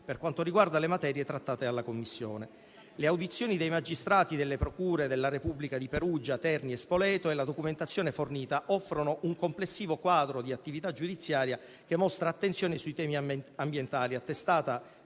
per quanto riguarda le materie trattate dalla Commissione. Le audizioni dei magistrati delle procure della Repubblica di Perugia, Terni e Spoleto e la documentazione fornita offrono un complessivo quadro di attività giudiziaria che mostra attenzione sui temi ambientali, attestata